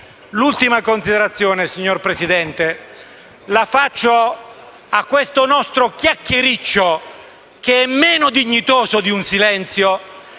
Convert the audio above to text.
L'ultima considerazione, signor Presidente, è riferita a questo nostro chiacchiericcio, che è meno dignitoso di un silenzio